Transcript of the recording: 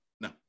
no